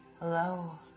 hello